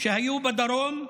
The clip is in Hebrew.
שהיו בדרום,